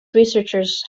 researchers